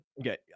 Okay